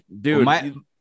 dude